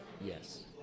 Yes